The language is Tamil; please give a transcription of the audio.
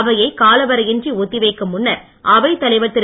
அவையை காலவரையின்றி ஒத்தி வைக்கும் முன்னர் அவைத் தலைவர் திரு